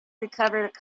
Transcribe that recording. recovered